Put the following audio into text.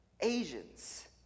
Asians